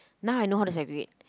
now I know how to segregate